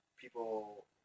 people